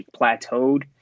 plateaued